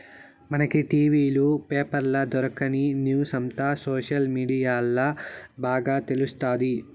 మనకి టి.వీ లు, పేపర్ల దొరకని న్యూసంతా సోషల్ మీడియాల్ల బాగా తెలుస్తాది